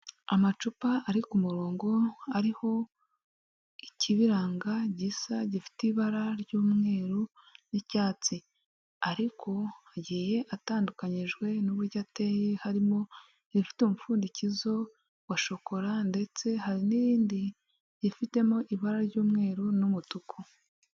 Amacupa ari ku murongo, ariho, ikibiranga gisa, gifite ibara ry'umweru n'icyatsi, ariko agiye atandukanyijwe n'uburyo ateye, harimo rifite umupfundikizo wa shokora, ndetse hari n'irindi rifitemo ibara ry'umweru n'umutuku.